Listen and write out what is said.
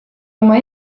oma